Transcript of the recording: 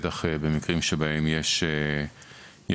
בטח במקרים שבהם יש דחיפות.